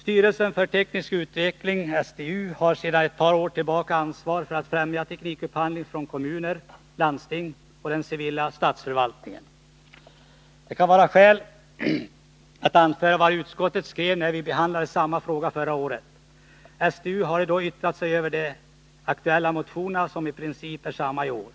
Styrelsen för teknisk utveckling, STU, har sedan ett par år tillbaka ansvar för att främja teknikupphandling från kommuner, landsting och den civila statsförvaltningen. Det kan vara skäl att anföra vad utskottet skrev när vi behandlade samma fråga förra året. STU hade yttrat sig över de då aktuella motionerna, som i princip är desamma i år.